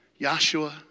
Yeshua